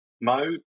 mode